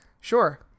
sure